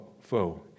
foe